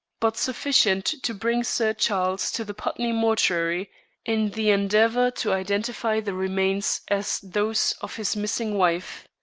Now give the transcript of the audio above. but sufficient to bring sir charles to the putney mortuary in the endeavor to identify the remains as those of his missing wife.